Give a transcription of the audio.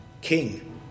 king